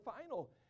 final